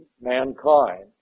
mankind